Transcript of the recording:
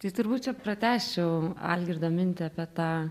tai turbūt čia pratęsčiau algirdo mintį apie tą